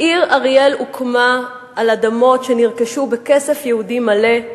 העיר אריאל הוקמה על אדמות שנרכשו בכסף יהודי מלא.